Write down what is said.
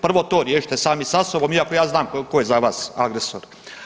Prvo to riješite sami sa sobom, iako je znam tko je za vas agresor.